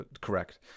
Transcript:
correct